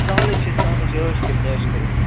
سَہلٕے چھُ سَہلٕے چھُ ٲش کٔرِتھ ٲش کٔرِتھ